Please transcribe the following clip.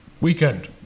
weekend